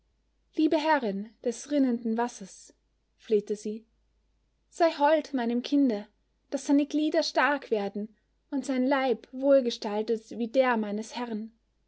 liebe herrin des rinnenden wassers flehte sie sei hold meinem kinde daß seine glieder stark werden und sein leib wohlgestaltet wie der meines herrn